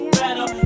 better